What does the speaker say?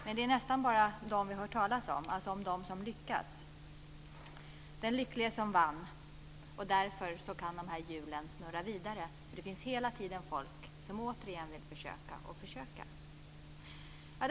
Men det är nästan bara de som lyckas som vi hör talas om. Därför kan hjulen snurra vidare. Det finns hela tiden folk som vill försöka och försöka.